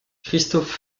christophe